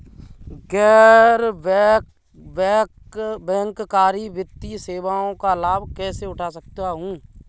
गैर बैंककारी वित्तीय सेवाओं का लाभ कैसे उठा सकता हूँ?